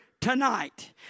tonight